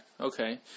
okay